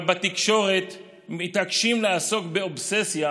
אבל בתקשורת מתעקשים לעסוק באובססיה